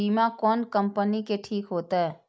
बीमा कोन कम्पनी के ठीक होते?